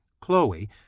Chloe